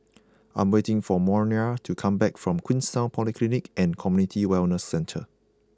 I am waiting for Moriah to come back from Queenstown Polyclinic and Community Wellness Centre